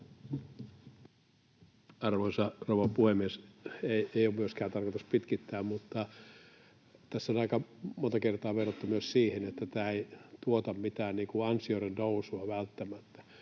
Arvoisa rouva puhemies! Ei ole myöskään tarkoitus pitkittää, mutta tässä on aika monta kertaa vedottu myös siihen, että tämä ei välttämättä tuota mitään ansioiden nousua.